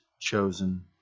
chosen